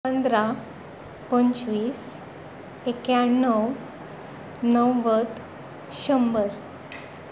पंदरा पंचवीस एक्याणव णव्वद शंबर